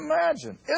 Imagine